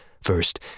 First